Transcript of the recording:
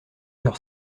leur